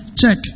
Check